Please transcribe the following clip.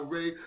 Ray